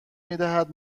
میدهد